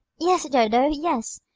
yes, dodo, yes!